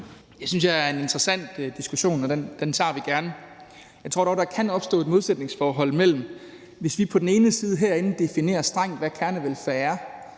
Det synes jeg er en interessant diskussion, og den tager vi gerne. Jeg tror dog, at der kan opstå et modsætningsforhold mellem ting, hvis vi på den ene side herinde definerer strengt, hvad kernevelfærd er,